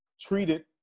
treated